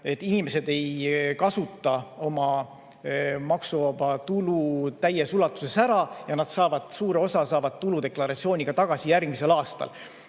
inimesed oma maksuvaba tulu täies ulatuses ära ja nad saavad suure osa tuludeklaratsiooniga tagasi järgmisel aastal.